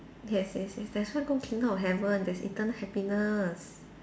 yes yes yes that's why go kingdom of heaven there's eternal happiness